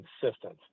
consistent